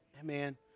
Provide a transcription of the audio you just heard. Amen